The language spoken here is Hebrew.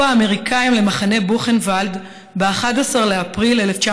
האמריקנים למחנה בוכנוולד ב-11 באפריל 1945